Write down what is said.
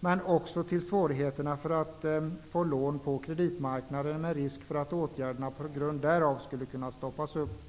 men också till svårigheterna att få lån på kreditmarknaden med risk för att åtgärderna på grund därav skulle kunna stoppas upp.